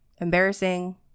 embarrassing